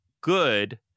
good